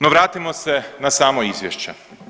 No vratimo se na samo izvješće.